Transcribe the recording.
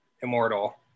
Immortal